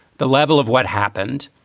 the level of what happened,